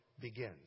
begins